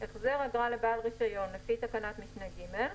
החזר אגרה לבעל רישיון לפי תקנת משנה (ג)